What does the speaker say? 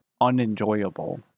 unenjoyable